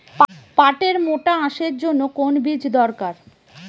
পাটের মোটা আঁশের জন্য কোন বীজ দরকার?